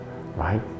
right